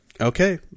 okay